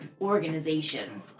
organization